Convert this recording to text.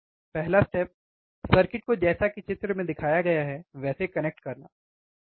पहला step circuit को जैसा कि चित्र में दिखाया गया है वैसे कनेक्ट करना है